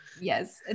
Yes